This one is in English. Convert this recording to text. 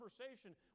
conversation